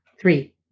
Three